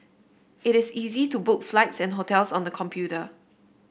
it is easy to book flights and hotels on the computer